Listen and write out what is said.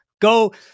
Go